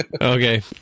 Okay